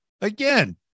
Again